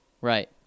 Right